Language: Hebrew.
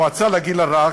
המועצה לגיל הרך,